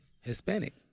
Hispanic